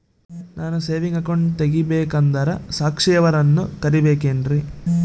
ನಾನು saving account ತೆಗಿಬೇಕಂದರ ಸಾಕ್ಷಿಯವರನ್ನು ಕರಿಬೇಕಿನ್ರಿ?